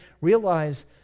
realize